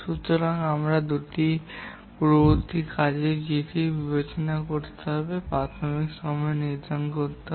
সুতরাং আমাদের দুটি পূর্ববর্তী কাজের চিঠিটি বিবেচনা করতে হবে এবং প্রাথমিকতম সময় নির্ধারণ করতে হবে